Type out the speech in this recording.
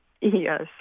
Yes